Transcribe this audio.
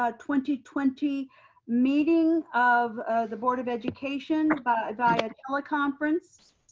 ah twenty twenty meeting of the board of education by via teleconference.